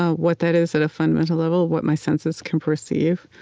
ah what that is at a fundamental level, what my senses can perceive,